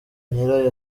nyirayo